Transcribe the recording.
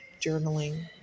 journaling